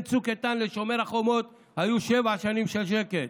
צוק איתן לשומר החומות היו שבע שנים של שקט,